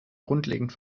grundlegend